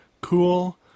cool